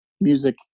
music